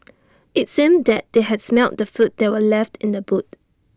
IT seemed that they had smelt the food that were left in the boot